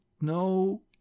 no